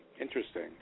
Interesting